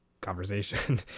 conversation